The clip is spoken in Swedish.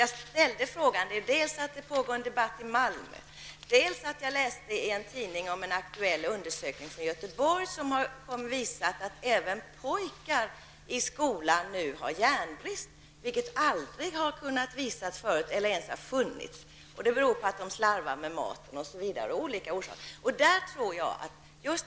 Jag ställde frågan delvis därför att det pågår en debatt i Malmö, dels därför att man kunde läsa i en tidning om en aktuell undersökning i Göteborg som visar att även pojkar i skolan har järnbrist, vilket aldrig har kunnat påvisas tidigare eller över huvud taget aldrig existerat. Bristen beror på att barnen t.ex. slarvar med maten.